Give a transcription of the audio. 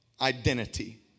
identity